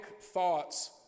thoughts